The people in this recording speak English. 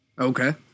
Okay